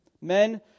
Men